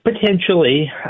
Potentially